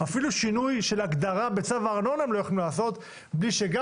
אפילו שינוי של הגדרה בצו הארנונה הם לא יכולים לעשות בלי שגם